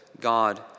God